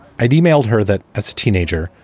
i'd emailed her that as a teenager,